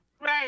Right